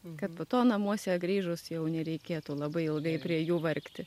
kad po to namuose grįžus jau nereikėtų labai ilgai prie jų vargti